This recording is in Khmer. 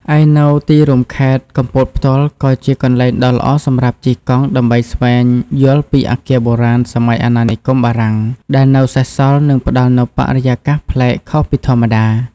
ឯ នៅទីរួមខេត្តកំពតផ្ទាល់ក៏ជាកន្លែងដ៏ល្អសម្រាប់ជិះកង់ដើម្បីស្វែងយល់ពី អគារបុរាណសម័យអាណានិគមបារាំង ដែលនៅសេសសល់ និងផ្តល់នូវបរិយាកាសប្លែកខុសពីធម្មតា។